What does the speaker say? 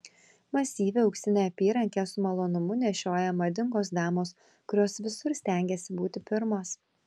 masyvią auksinę apyrankę su malonumu nešioja madingos damos kurios visur stengiasi būti pirmos